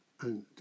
and